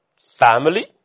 family